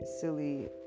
silly